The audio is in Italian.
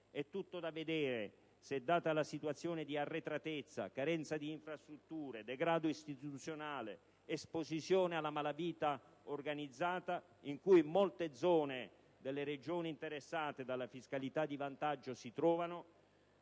è tutto da vedere se, data la situazione di arretratezza, la carenza di infrastrutture, il degrado istituzionale e l'esposizione alla malavita organizzata, in cui molte zone delle Regioni interessate dalla fiscalità di vantaggio si trovano,